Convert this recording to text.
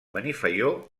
benifaió